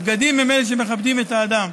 הבגדים הם שמכבדים את האדם,